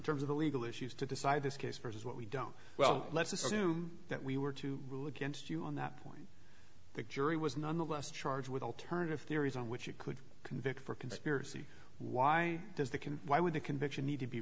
terms of the legal issues to decide this case versus what we don't well let's assume that we were to rule against you on that point the jury was nonetheless charged with alternative theories on which you could convict for conspiracy why does the can why would a conviction need to be